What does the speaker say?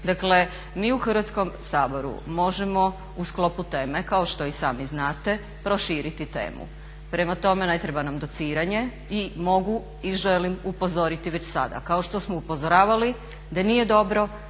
Dakle, mi u Hrvatskom saboru možemo u sklopu teme kao što i sami znate proširiti temu. Prema tome, ne treba nam dociranje i mogu i želim upozoriti već sada kao što smo upozoravali da nije dobro